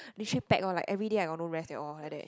then shit packed lor like everyday I got no rest at all like that